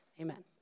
amen